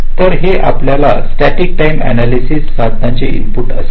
तर हे आपल्या स्टॅटिक टाईम अनालयसिस साधनाचे इनपुट असेल